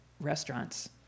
restaurants